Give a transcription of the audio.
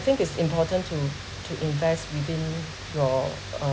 think it's important to to invest within your uh